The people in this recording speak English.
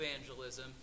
evangelism